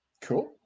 cool